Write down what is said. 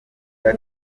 kwa